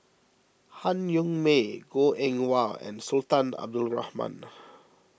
Han Yong May Goh Eng Wah and Sultan Abdul Rahman